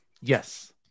Yes